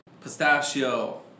pistachio